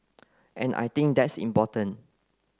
and I think that's important